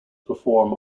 perform